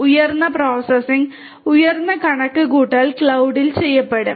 ഉയർന്ന പ്രോസസ്സിംഗ് ഉയർന്ന കണക്കുകൂട്ടൽ ക്ലൌഡിൽ ചെയ്യപ്പെടും